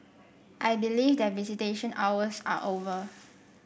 I believe that visitation hours are over